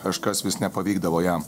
kažkas vis nepavykdavo jam